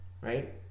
right